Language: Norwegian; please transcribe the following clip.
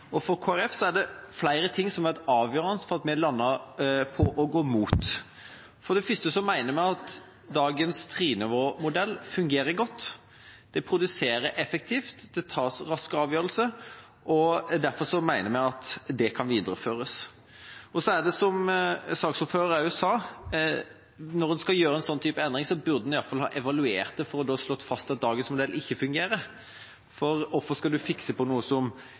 For Kristelig Folkeparti er det flere ting som har vært avgjørende for at vi landet på å gå imot. For det første mener vi at dagens trenivåmodell fungerer godt, det produserer effektivt, det tas raskere avgjørelse, og derfor mener vi at det kan videreføres. For det andre burde man når man skal gjøre en slik type endring, slik saksordføreren også sa, i hvert fall ha evaluert det for å få slått fast om dagens modell ikke fungerer. For hvorfor skal en fikse på noe som